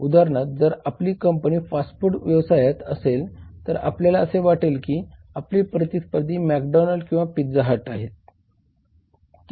उदाहरणार्थ जर आपली कंपनी फास्ट फूड व्यवसायात असेल तर आपल्याला असे वाटेल की आपले प्रतिस्पर्धी मॅकडोनाल्ड McDonald's किंवा पिझ्झा हट किंवा केएफसी आहेत